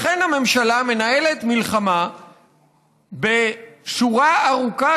לכן הממשלה מנהלת מלחמה בשורה ארוכה